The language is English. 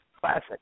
classic